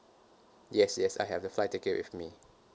yes yes I have the flight ticket with me